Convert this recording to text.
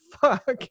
fuck